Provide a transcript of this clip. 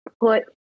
put